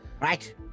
Right